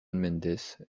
mendes